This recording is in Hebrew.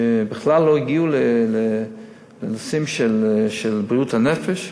שבכלל לא הגיעו לנושאים של בריאות הנפש,